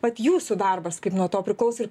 vat jūsų darbas kaip nuo to priklauso ir